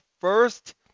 first